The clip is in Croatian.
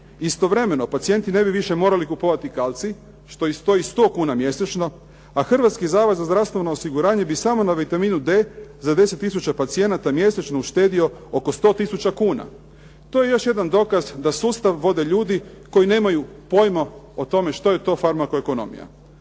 Istovremeno pacijenti više ne bi morali kupovati kalcij što ih stoji 100 kuna mjesečno, a Hrvatski zavod za zdravstveno osiguranje bi samo na vitaminu D za 10 tisuća pacijenata mjesečno uštedio oko 100 tisuća kuna. To je još jedan dokaz da sustav vode ljudi koji nemaju pojma koji nemaju pojma što je to Farmakoko ekonomija.